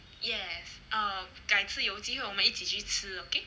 yes err 改次有机会我们一起去吃 okay